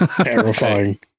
Terrifying